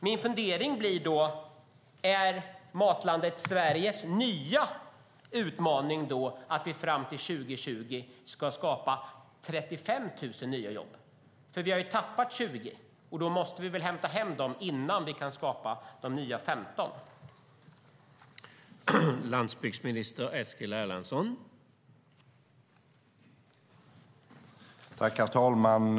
Min fundering blir då: Är Matlandet Sveriges nya utmaning att vi fram till 2020 ska skapa 35 000 nya jobb? Vi har ju tappat 20 000, och då måste vi väl hämta dem innan vi kan skapa de nya 15 000?